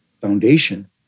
foundation